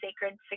sacred